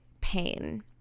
pain